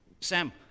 Sam